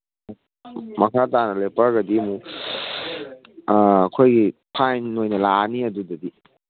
ꯃꯈꯥ ꯇꯥꯅ ꯂꯦꯞꯄꯛꯑꯒꯗꯤ ꯑꯃꯨꯛ ꯑꯩꯈꯣꯏꯒꯤ ꯐꯥꯏꯟ ꯑꯣꯏꯅ ꯂꯥꯛꯑꯅꯤ ꯑꯗꯨꯗꯗꯤ